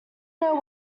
know